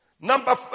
Number